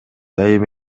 дайым